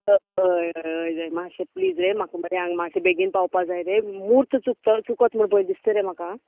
हय हय हय हय मात्शें प्लीज रे म्हाका मरे हांगा मातशे बेगीन पावपा जाय रे म्हुर्त चुकत चुकत म्हणून भंय दिसता रे म्हाका